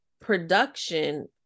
production